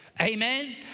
Amen